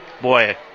Boy